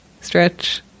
stretch